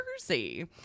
Jersey